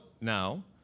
now